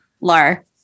Lar